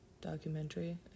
Documentary